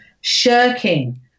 shirking